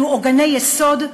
אלו עוגני יסוד,